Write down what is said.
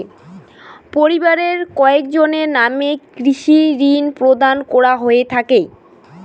পরিবারের কয়জনের নামে কৃষি ঋণ প্রদান করা হয়ে থাকে?